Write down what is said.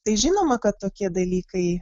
tai žinoma kad tokie dalykai